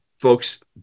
folks